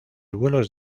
vuelos